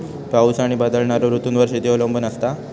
पाऊस आणि बदलणारो ऋतूंवर शेती अवलंबून असता